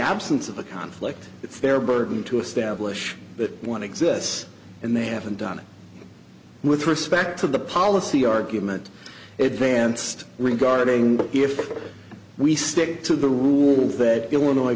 absence of a conflict it's their burden to establish that one exists and they haven't done it with respect to the policy argument it danced regarding if we stick to the rules that illinois